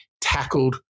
tackled